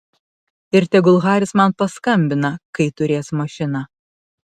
ir tegul haris man paskambina kai turės mašiną